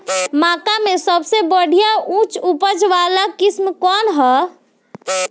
मक्का में सबसे बढ़िया उच्च उपज वाला किस्म कौन ह?